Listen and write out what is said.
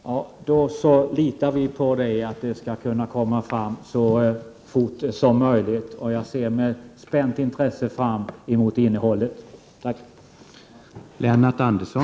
Herr talman! Då litar vi på att den kommer så fort som möjligt. Jag ser med spänt intresse fram emot att få ta del av innehållet. Tack!